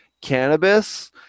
cannabis